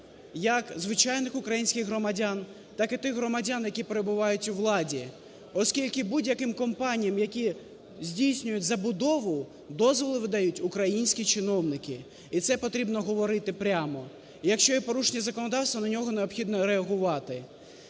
як звичайних українських громадян, так і тих громадян, які перебувають у владі. Оскільки будь-яким компаніям, які здійснюють забудову, дозволи видають українські чиновники, і це потрібно говорити прямо. І якщо є порушення законодавства, на нього необхідно реагувати.